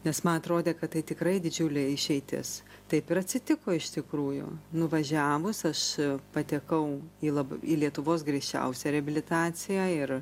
nes man atrodė kad tai tikrai didžiulė išeitis taip ir atsitiko iš tikrųjų nuvažiavus aš patekau į labai į lietuvos griežčiausią reabilitaciją ir